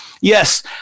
yes